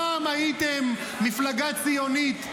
פעם הייתם מפלגה ציונית.